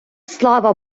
слава